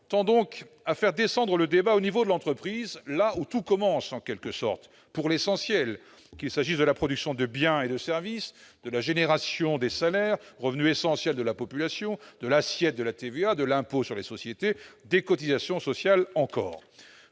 tend donc à ramener le débat au niveau de l'entreprise, là où tout commence en quelque sorte, pour l'essentiel, qu'il s'agisse de la production de biens et de services, de celle des salaires, revenus essentiels de la population, de l'assiette de la TVA, de l'impôt sur les sociétés, ou encore des cotisations sociales.